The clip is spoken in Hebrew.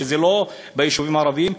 לא ביישובים הערביים,